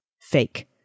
fake